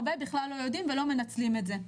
הרבה בכלל לא יודעים ולא מנצלים את זה.